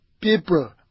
people